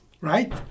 right